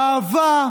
אהבה,